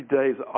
days